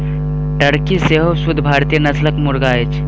Turkey सेहो शुद्ध भारतीय नस्लक मुर्गी अछि